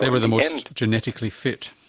they were the most genetically fit?